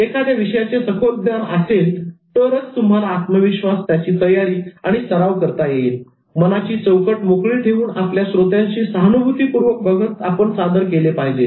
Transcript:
एखाद्या विषयाचे सखोल ज्ञान असेल तरच तुम्हाला आत्मविश्वास त्याची तयारी आणि सराव करता येईल आणि मनाची चौकट मोकळी ठेवून आपल्या श्रोत्यांशी सहानुभूतीपूर्वक बघत आपण सादर केले पाहिजे